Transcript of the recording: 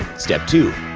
step two.